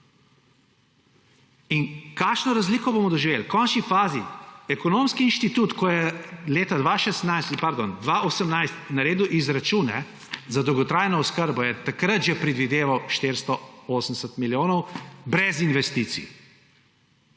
In kakšno razliko bomo doživeli? V končni fazi, ko je Ekonomski inštitut leta 2018 naredil izračune za dolgotrajno oskrbo, je takrat že predvideval 480 milijonov brez investicij,